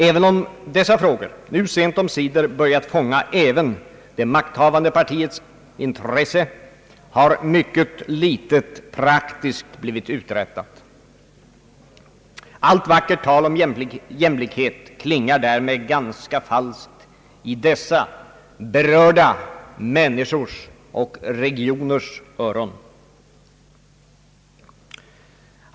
Även om dessa frågor nu sent omsider börjat fånga också det makthavande partiets intresse har mycket litet praktiskt blivit uträttat. Allt vackert tal om jämlik het klingar därmed ganska falskt för berörda mäniskor.